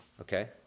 Okay